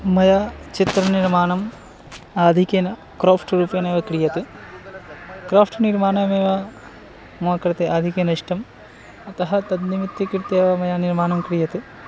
मया चित्रनिर्माणम् आधिक्येन क्राफ़्ट् रूपेणैव क्रियते क्राफ़्ट् निर्माणमेव मम कृते आधिक्येन इष्टम् अतः तद् निमित्तीकृत्य एव मया निर्माणं क्रियते